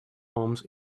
homes